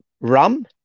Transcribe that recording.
rum